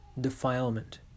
defilement